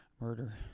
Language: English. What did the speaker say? murder